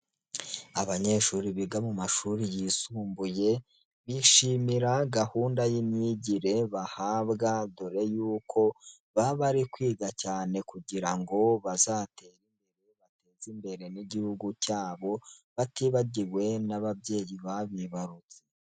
Abanyeshuri biga mu mashuri yisumbuye bishimira gahunda y'imyigire bahabwa, dore y'uko baba bari kwiga cyane kugira ngo baziteze imbere, bateze imbere n'Igihugu cyabo, batibagiwe n'ababyeyi babibarutse.